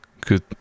good